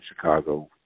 Chicago